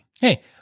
Hey